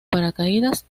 paracaídas